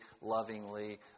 lovingly